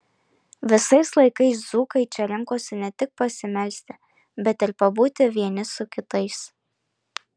visais laikais dzūkai čia rinkosi ne tik pasimelsti bet ir pabūti vieni su kitais